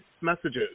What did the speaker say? messages